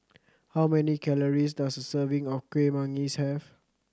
how many calories does a serving of Kuih Manggis have